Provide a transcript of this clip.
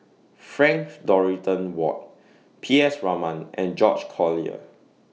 Frank Dorrington Ward P S Raman and George Collyer